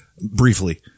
Briefly